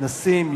כנסים,